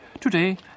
Today